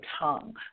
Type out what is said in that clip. tongue